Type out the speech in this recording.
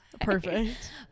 Perfect